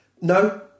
No